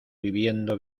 viviendo